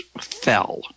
fell